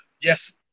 Yes